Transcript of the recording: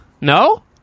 No